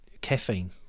caffeine